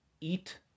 eat